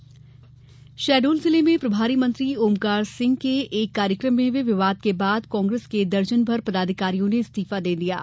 शहडोल कांग्रेस शहडोल जिले में प्रभारी मंत्री ओमकार सिंह के एक कार्यक्रम में हये विवाद के बाद कांग्रेस के दर्जन भर पदाधिकारियों ने इस्तीफा दे दिया है